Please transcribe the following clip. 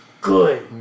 good